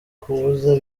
kubuza